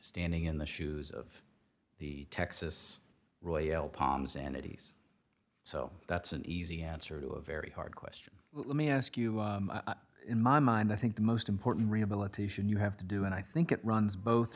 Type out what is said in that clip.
standing in the shoes of the texas royal palm sanity's so that's an easy answer to a very hard question let me ask you in my mind i think the most important rehabilitation you have to do and i think it runs both